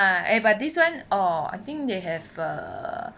eh but this one orh I think they have err